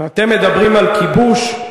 ואתם מדברים על כיבוש?